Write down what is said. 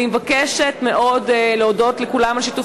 אני מבקשת מאוד להודות לכולם על שיתוף